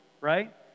right